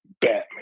Batman